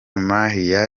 mahia